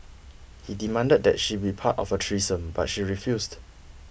he demanded that she be part of a threesome but she refused